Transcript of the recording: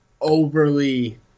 overly